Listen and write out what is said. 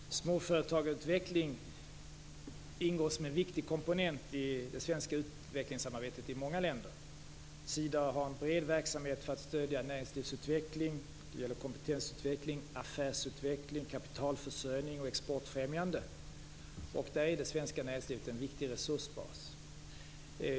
Fru talman! Småföretagsutveckling ingår som en viktig komponent i det svenska utvecklingssamarbetet i många länder. Sida har en bred verksamhet för att stödja näringslivsutveckling i form av kompetensutveckling, affärsutveckling, kapitalförsörjning och exportfrämjande. I det sammanhanget är det svenska näringslivet en viktig resursbas.